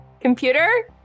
Computer